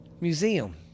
Museum